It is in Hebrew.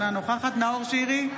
אינה נוכחת נאור שירי,